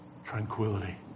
Tranquility